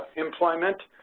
employment,